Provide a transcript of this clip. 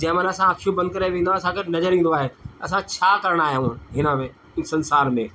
जंहिं महिल असां अखियूं बंदि करे वेहींदा असांखे नज़र ईंदो आहे असां छा करण आया हूं हिनमें हिन संसार में